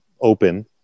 open